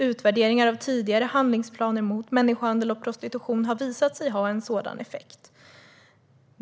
Utvärderingar av tidigare handlingsplaner mot människohandel och prostitution har visat sig ha effekt.